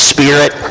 Spirit